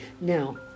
Now